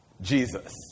Jesus